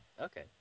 Okay